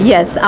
Yes